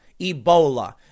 Ebola